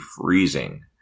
freezing